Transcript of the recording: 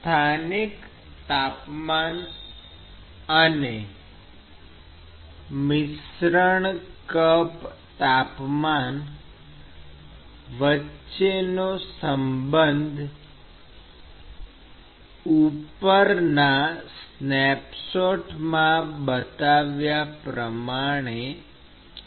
સ્થાનિક તાપમાન અને મિશ્રણ કપ તાપમાન વચ્ચેનો સંબંધ ઉપરના સ્નેપશોટમાં બતાવ્યા પ્રમાણે છે